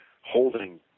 holding